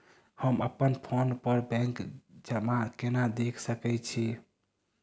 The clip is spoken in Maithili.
हम अप्पन फोन पर बैंक जमा केना देख सकै छी?